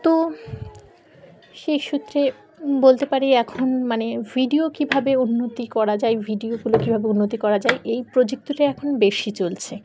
তো সেই সূত্রে বলতে পারি এখন মানে ভিডিও কীভাবে উন্নতি করা যায় ভিডিওগুলো কীভাবে উন্নতি করা যায় এই প্রযুক্তিটা এখন বেশি চলছে